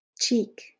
Cheek